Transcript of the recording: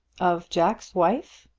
of jack's wife?